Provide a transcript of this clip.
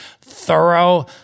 thorough